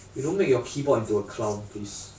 you don't make your keyboard into a clown please